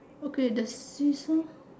okay the see-saw